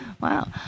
Wow